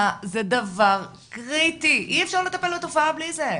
זה דבר קריטי! אי אפשר לטפל בתופעה בלי זה,